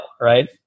Right